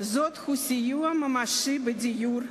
הזאת הוא סיוע ממשי בדיור,